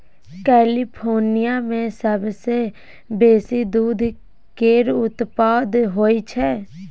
California मे सबसँ बेसी दूध केर उत्पाद होई छै